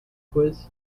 quiz